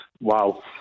wow